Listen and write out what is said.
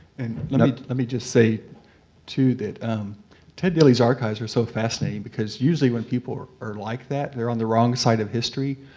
and you know let me just say too, that ted dealey's archives are so fascinating, because usually when people are are like that, they're on the wrong side of history,